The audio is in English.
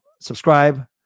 subscribe